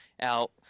out